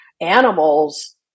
animals